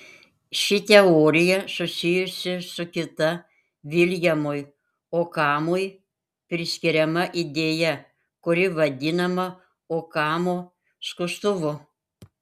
ši teorija susijusi su kita viljamui okamui priskiriama idėja kuri vadinama okamo skustuvu